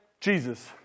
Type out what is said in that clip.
Jesus